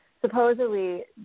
supposedly